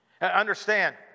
understand